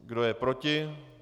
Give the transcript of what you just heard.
Kdo je proti?